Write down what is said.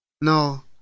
No